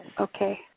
Okay